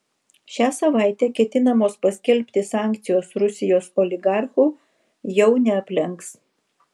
šią savaitę ketinamos paskelbti sankcijos rusijos oligarchų jau neaplenks